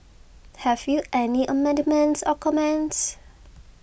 have you any amendments or comments